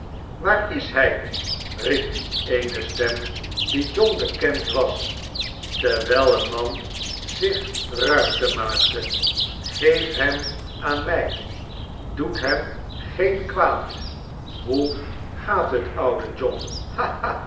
gewaar is hij hep eene stem die john bekend was terwijl een man zich rmmte maakte geeft hem aan mij doet hem geen kwaad hoe gaat het oude john